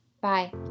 Bye